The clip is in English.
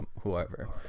whoever